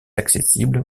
accessibles